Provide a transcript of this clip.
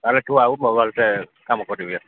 ତାହେଲେ ତୁ ଆଉ ମୋବାଇଲ୍ରେ କାମ କରିବେ